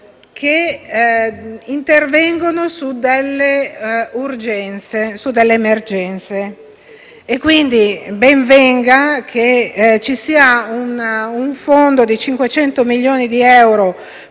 - intervengono su alcune emergenze. Quindi, ben venga che ci sia un fondo di 500 milioni di euro